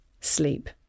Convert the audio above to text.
sleep